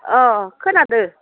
अह खोनादों